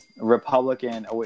Republican